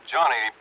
Johnny